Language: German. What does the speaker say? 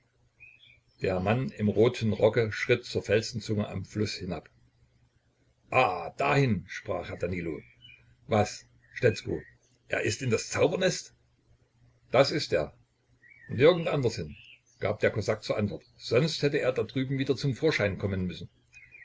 der mann im roten rocke schritt zur felsenzunge am fluß hinab ah dahin sprach herr danilo was stetzko er ist in das zauberernest das ist er nirgend anders hin gab der kosak zur antwort sonst hätte er da drüben wieder zum vorschein kommen müssen